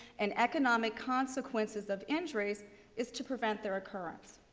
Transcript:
and economic consequences of injuries is to prevent their occurrence.